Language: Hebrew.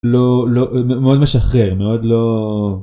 לא לא מאוד משחרר מאוד לא.